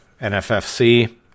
NFFC